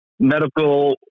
Medical